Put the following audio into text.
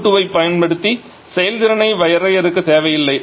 Q2 ஐப் பயன்படுத்தி செயல்திறனை வரையறுக்க தேவையில்லை